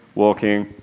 walking,